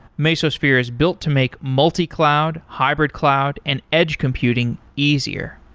mesosphere is built to make multi-cloud, hybrid-cloud and edge computing easier.